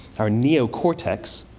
our neocortex,